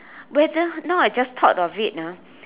whether now I just thought of it ah